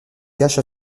cache